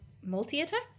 multi-attack